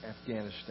Afghanistan